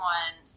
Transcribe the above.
one